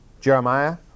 Jeremiah